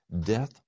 death